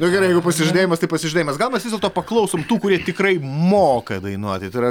nu gerai jeigu pasižadėjimas tai pasižadėjimas gal mes vis dėlto paklausom tų kurie tikrai moka dainuoti tai yra